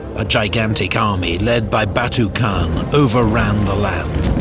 a gigantic army led by batu khan overran the land.